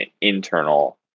internal